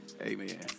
amen